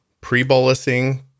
pre-bolusing